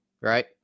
right